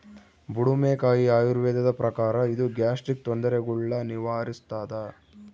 ಬುಡುಮೆಕಾಯಿ ಆಯುರ್ವೇದದ ಪ್ರಕಾರ ಇದು ಗ್ಯಾಸ್ಟ್ರಿಕ್ ತೊಂದರೆಗುಳ್ನ ನಿವಾರಿಸ್ಥಾದ